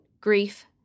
grief